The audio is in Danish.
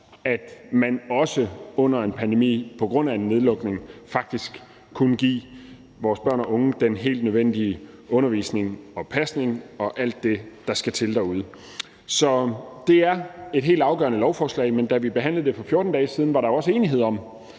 at man også under en pandemi på grund af en nedlukning faktisk kunne give vores børn og unge den helt nødvendige undervisning og pasning og alt det, der skal til derude. Så det er et helt afgørende lovforslag, men da vi behandlede det for 14 dage siden, var der også enighed om,